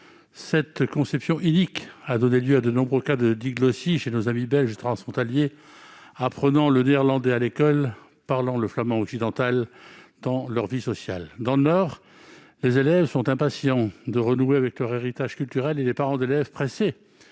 Cette conception inique a donné lieu à de nombreux cas de diglossie chez nos amis belges transfrontaliers, apprenant le néerlandais à l'école et parlant le flamand occidental dans leur vie sociale. Dans le Nord, les élèves sont impatients de renouer avec leur héritage culturel et les parents d'élèves sont pressés